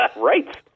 Right